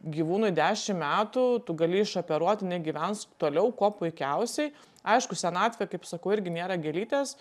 gyvūnui dešim metų tu gali išoperuot jinai gyvens toliau kuo puikiausiai aišku senatvė kaip sakau irgi nėra gėlytės